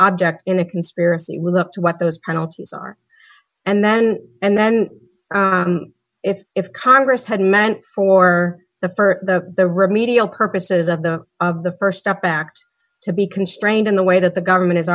object in a conspiracy with up to what those penalties are and then and then if if congress had meant for the for the remedial purposes of the of the st step back to be constrained in the way that the government is